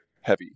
heavy